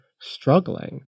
struggling